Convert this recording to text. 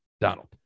Donald